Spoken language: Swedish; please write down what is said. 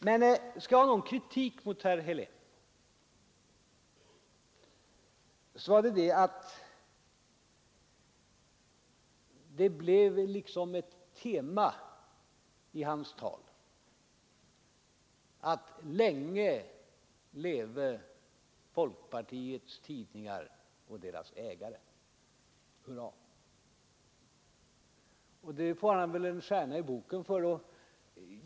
Skall jag rikta någon kritik mot herr Helén så skulle det vara för att det blev liksom ett tema i hans tal: Länge leve folkpartiets tidningar och deras ägare! Hurra! Och det får han väl en stjärna i boken för.